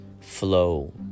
flow